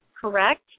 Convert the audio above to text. correct